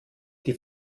die